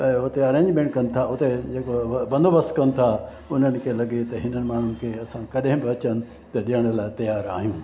ऐं उते अरेजमेंट कनि था उते जेको बंदोबस्तु कन था उन्हनि खे लॻे त हिननि माण्हुनि खे असां कॾहिं बि अचनि त ॾियण लाि तयार आहियूं